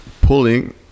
pulling